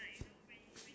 right